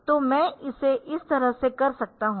तो मैं इसे इस तरह से कर सकता हूं